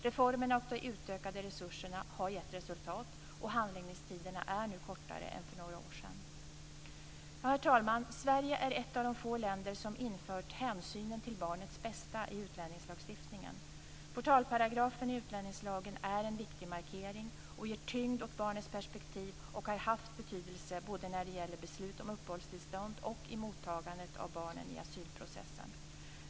Reformerna och de utökade resurserna har givit resultat, och handläggningstiderna är nu kortare än för några år sedan. Herr talman! Sverige är ett av de få länder som har infört hänsynen till barnets bästa i utlänningslagstiftningen. Portalparagrafen i utlänningslagen är en viktig markering och ger tyngd åt barnets perspektiv, och den har haft betydelse både när det gäller beslut om uppehållstillstånd och i mottagandet av barnen i asylprocessen.